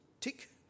tick